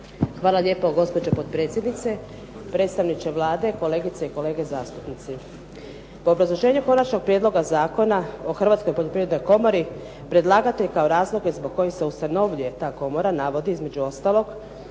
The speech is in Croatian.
Hvala lijepo gospođo potpredsjednice, predstavniče Vlade, kolegice i kolege zastupnici. U obrazloženju Konačnog prijedloga zakona o Hrvatskoj poljoprivrednoj komori predlagatelj kao razloge zbog kojih se ustanovljuje ta komora navodi između ostalog